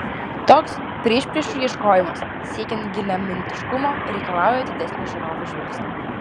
toks priešpriešų ieškojimas siekiant giliamintiškumo reikalauja atidesnio žiūrovo žvilgsnio